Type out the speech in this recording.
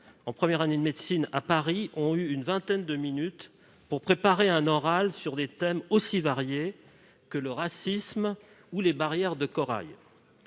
en première année de médecine à Paris ont eu une vingtaine de minutes pour préparer un oral sur des thèmes aussi variés que le racisme ou les barrières de corail.